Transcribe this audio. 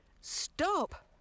stop